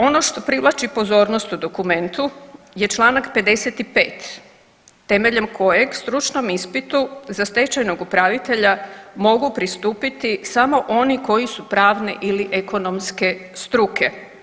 Ono što privlači pozornost u dokumentu je Članak 55. temeljem kojeg stručnom ispitu za stečajnog upravitelja mogu pristupiti samo oni koji su pravne ili ekonomske struke.